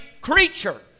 creature